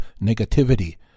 negativity